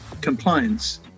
compliance